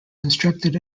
constructed